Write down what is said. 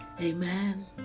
Amen